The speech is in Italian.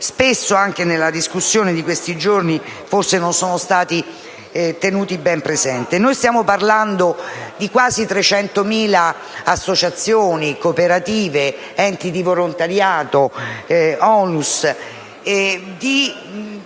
forse, anche nella discussione di questi giorni, non sono stati tenuti ben presenti. Stiamo parlando di quasi 300.000 associazioni, cooperative, enti di volontariato, ONLUS